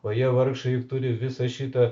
o jie vargšai juk turi visą šitą